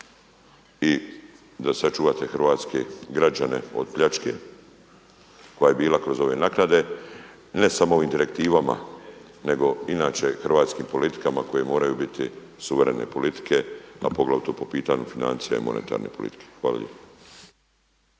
i da sačuvate hrvatske građane od pljačke koja je bila kroz ove naknade i ne samo ovim direktivama nego inače hrvatskim politikama koje moraju biti suverene politike, a poglavito po pitanju financija i monetarne politike. Hvala